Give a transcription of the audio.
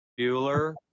Bueller